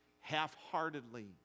half-heartedly